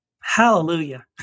Hallelujah